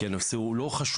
כי הנושא הוא לא חשוב,